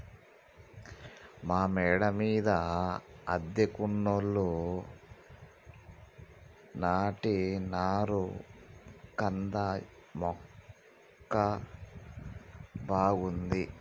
మా మేడ మీద అద్దెకున్నోళ్లు నాటినారు కంద మొక్క బాగుంది